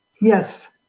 Yes